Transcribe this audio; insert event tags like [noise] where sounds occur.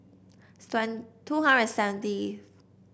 [unintelligible] two hundred and seventy